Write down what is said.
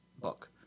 book